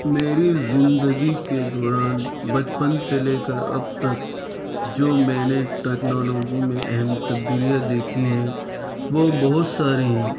میری زندگی کے دوران بچپن سے لے کر اب تک جو میں نے ٹیکنالوجی میں اہم تبدیلیاں دیکھی ہیں وہ بہت ساری ہیں